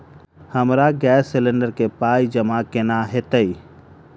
हमरा gas cylinder केँ पाई जमा केना हएत?